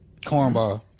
Cornball